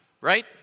right